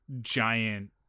giant